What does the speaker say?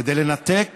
כדי לנתק